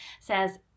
says